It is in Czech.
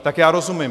Tak já rozumím.